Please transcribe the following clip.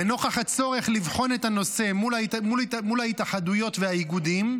לנוכח הצורך לבחון את הנושא מול ההתאחדויות והאיגודים,